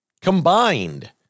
combined